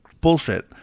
Bullshit